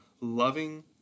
loving